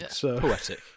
Poetic